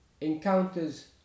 encounters